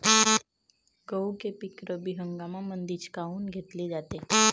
गहू हे पिक रब्बी हंगामामंदीच काऊन घेतले जाते?